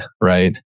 Right